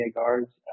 guards